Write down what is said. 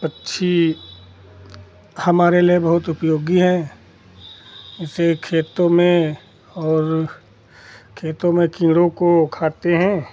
पक्षी हमारे लिए बहुत उपयोगी हैं इससे खेतों में और खेतों में कीड़ों को खाते हैं